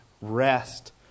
rest